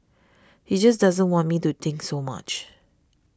he just doesn't want me to think so much